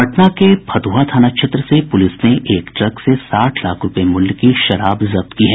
पटना के फतुहा थाना क्षेत्र से पूलिस ने एक ट्रक से साठ लाख रूपये मूल्य की शराब जब्त की है